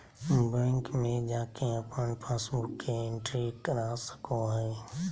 bank में जाके अपन पासबुक के एंट्री करा सको हइ